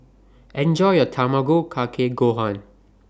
Enjoy your Tamago Kake Gohan